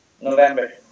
November